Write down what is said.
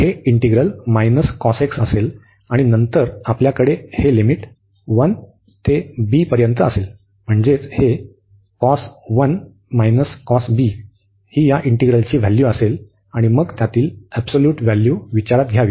तर हे इंटिग्रल असेल आणि नंतर आपल्याकडे हे लिमिट 1 ते b असेल म्हणजेच हे हे इंटिग्रल व्हॅल्यू असेल आणि मग त्यातील एबसोल्यूट व्हॅल्यू विचारात घ्यावे